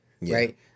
right